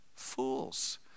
fools